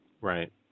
Right